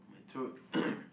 my throat